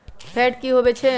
Fat की होवछै?